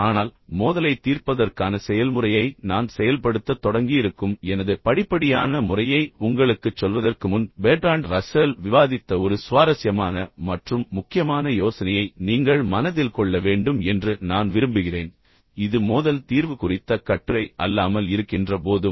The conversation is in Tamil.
ஆனால் மோதலைத் தீர்ப்பதற்கான செயல்முறையை நான் செயல்படுத்தத் தொடங்கியிருக்கும் எனது படிப்படியான முறையை உங்களுக்குச் சொல்வதற்கு முன் பெர்ட்ராண்ட் ரஸ்ஸல் விவாதித்த ஒரு சுவாரஸ்யமான மற்றும் முக்கியமான யோசனையை நீங்கள் மனதில் கொள்ள வேண்டும் என்று நான் விரும்புகிறேன் இது மோதல் தீர்வு குறித்த கட்டுரை அல்லாமல் இருக்கின்ற போதும்